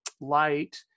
light